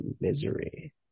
misery